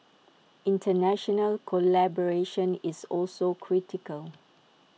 International collaboration is also critical